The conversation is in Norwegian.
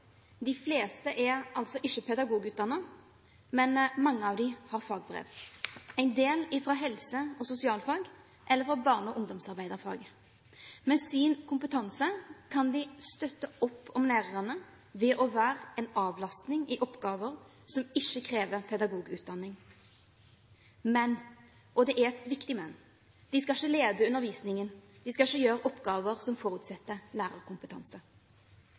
De fleste er altså ikke pedagogutdannede, men mange av dem har fagbrev – en del fra helse- og sosialfag eller fra barne- og ungdomsarbeiderfag. Med sin kompetanse kan de støtte opp om lærerne ved å være en avlastning i oppgaver som ikke krever pedagogutdanning. Men – og det er et viktig men – de skal ikke lede undervisningen. De skal ikke gjøre oppgaver som forutsetter lærerkompetanse.